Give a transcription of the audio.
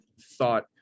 thought